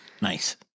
Nice